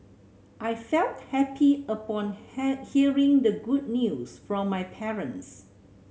I felt happy upon had hearing the good news from my parents